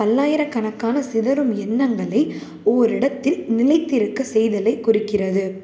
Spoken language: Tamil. பல்லாயிரக்கணக்கான சிதறும் எண்ணங்களை ஓரிடத்தில் நிலைத்திருக்க செய்தலை குறிக்கிறது